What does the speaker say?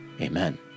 amen